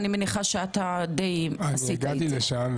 אני הגעתי לשם.